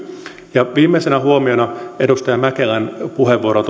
ja viimeisenä huomiona otan esiin edustaja mäkelän puheenvuoron